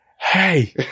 hey